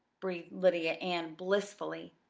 breathed lydia ann blissfully.